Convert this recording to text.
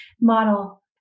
model